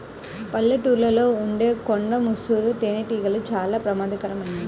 పల్లెటూళ్ళలో ఉండే కొండ ముసురు తేనెటీగలు చాలా ప్రమాదకరమైనవి